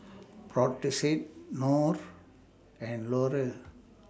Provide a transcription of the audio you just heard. Brotzeit Knorr and Laurier